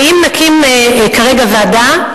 ואם נקים כרגע ועדה,